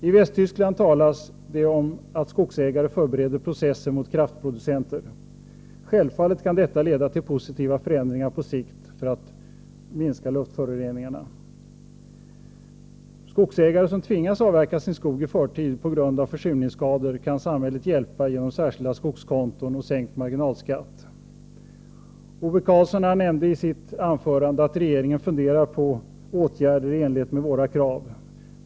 I Västtyskland talas det om att skogsägare förbereder processer mot kraftproducenter. Självfallet kan detta på sikt leda till positiva förändringar för att minska luftföroreningarna. Skogsägare som tvingas avverka sin skog i förtid på grund av försurningsskador kan samhället hjälpa genom särskilda skogskonton och sänkt marginalskatt. Ove Karlsson nämnde i sitt anförande att regeringen funderar på åtgärder i enlighet med våra krav.